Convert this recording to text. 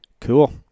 Cool